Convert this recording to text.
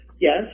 yes